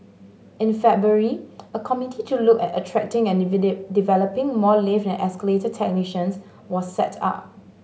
in February a committee to look at attracting and developing more lift and escalator technicians was set up